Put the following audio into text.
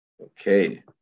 Okay